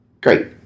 Great